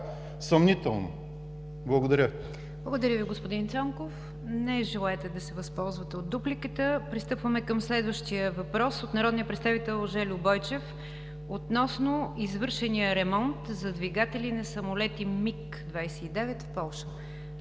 НИГЯР ДЖАФЕР: Благодаря Ви, господин Цонков. Не желаете да се възползвате от дуплика. Пристъпваме към следващия въпрос от народния представител Жельо Бойчев относно извършения ремонт за двигатели на самолети МиГ-29 в Полша.